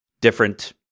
different